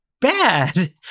bad